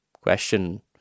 question